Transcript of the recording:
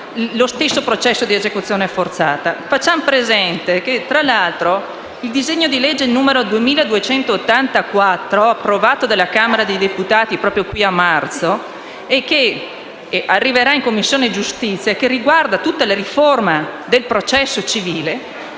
lo stesso processo di esecuzione forzata. Facciamo presente che, tra l'altro, il disegno di legge n. 2284, approvato dalla Camera dei deputati a marzo, che arriverà in Commissione giustizia, riguarda tutta la riforma del processo civile